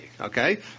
okay